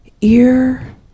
Ear